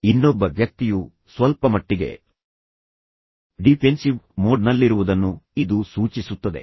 ಇನ್ನೊಬ್ಬ ವ್ಯಕ್ತಿಯು ಸ್ವಲ್ಪಮಟ್ಟಿಗೆ ಡಿಫೆನ್ಸಿವ್ ಮೋಡ್ನಲ್ಲಿರುವುದನ್ನು ಇದು ಸೂಚಿಸುತ್ತದೆ